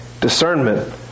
discernment